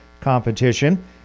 competition